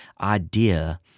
idea